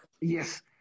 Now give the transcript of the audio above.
Yes